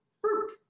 fruit